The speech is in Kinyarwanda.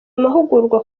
amahugurwa